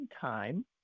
time